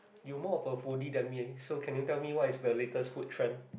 you more of a foodie than me eh so can you tell me what's the latest food trend